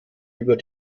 über